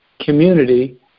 community